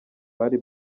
bari